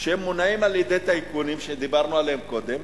שמונעים על-ידי טייקונים, שדיברנו עליהם קודם,